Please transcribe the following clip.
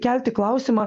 kelti klausimą